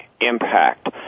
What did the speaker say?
impact